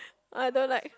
I don't like